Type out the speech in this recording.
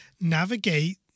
navigate